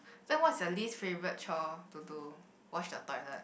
then what's your least favourite chore to do wash your toilet